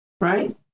right